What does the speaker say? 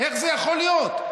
איך זה יכול להיות?